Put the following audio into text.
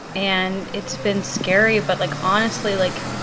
and it's been scary, but, like, honestly, like,